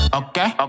okay